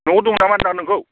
न'आव दं नामा होन्दों आं नोंखौ